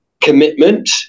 commitment